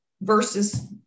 versus